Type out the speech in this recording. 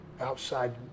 outside